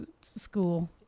school